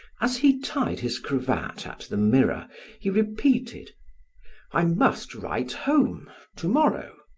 as he tied his cravat at the mirror he repeated i must write home to-morrow.